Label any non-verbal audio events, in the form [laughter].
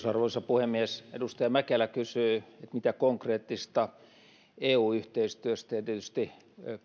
[unintelligible] arvoisa puhemies edustaja mäkelä kysyy mitä konkreettista eu yhteistyöstä ja tietysti